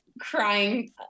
crying